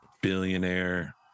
billionaire